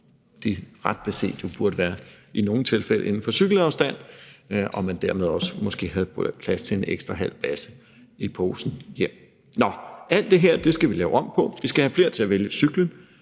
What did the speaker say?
ret beset i nogle tilfælde burde være inden for cykelafstand og man dermed måske også havde plads til en ekstra halv basse i posen hjem. Nå, men alt det her skal vi lave om på. Vi skal have flere til at vælge cyklen,